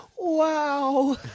Wow